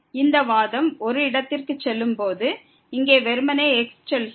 இந்த வாதம் ஒரு இடத்திற்கு செல்லும்போது இங்கே வெறுமனே x செல்கிறது